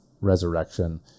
resurrection